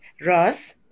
Ross